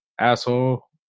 Asshole